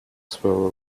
throw